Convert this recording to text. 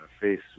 face